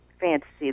fantasy